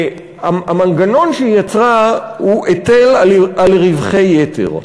המנגנון שהיא יצרה הוא היטל על רווחי יתר.